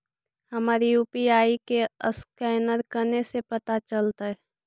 हमर यु.पी.आई के असकैनर कने से पता चलतै?